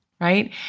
right